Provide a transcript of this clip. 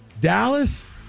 Dallas